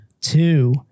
two